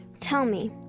tell me,